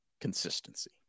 consistency